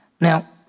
Now